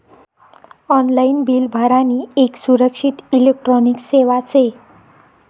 online bill भरानी येक सुरक्षित इलेक्ट्रॉनिक सेवा शे